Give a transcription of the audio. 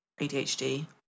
ADHD